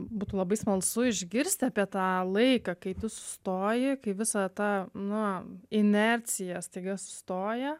būtų labai smalsu išgirsti apie tą laiką kai tu sustoji kai visa ta na inercija staiga sustoja